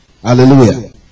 Hallelujah